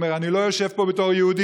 הוא אומר: אני לא יושב פה בתור יהודי,